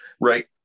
Right